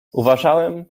uważałem